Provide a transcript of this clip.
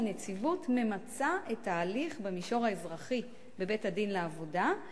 הנציבות ממצה את ההליך במישור האזרחי בבית-הדין לעבודה,